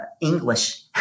English